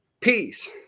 peace